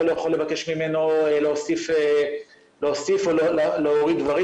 לא יכול לבקש ממנו להוסיף או להוריד דברים,